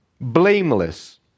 blameless